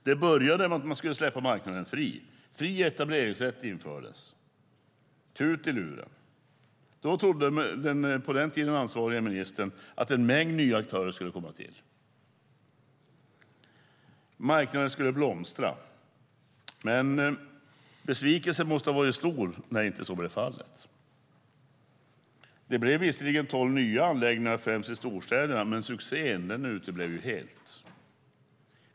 Det började med att man skulle släppa marknaden fri. Fri etableringsrätt infördes. Tut i luren. Då trodde den på den tiden ansvariga ministern att en mängd nya aktörer skulle komma till. Marknaden skulle blomstra. Besvikelsen måste ha varit stor när så inte blev fallet. Det blev visserligen tolv nya anläggningar, främst i storstäderna, men succén uteblev helt.